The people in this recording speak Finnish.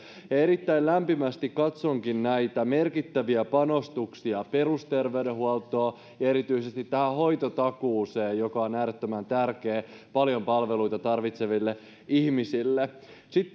erittäin lämpimästi katsonkin näitä merkittäviä panostuksia perusterveydenhuoltoon ja erityisesti tähän hoitotakuuseen joka on äärettömän tärkeä paljon palveluita tarvitseville ihmisille sitten